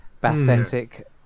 pathetic